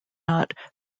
not